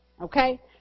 Okay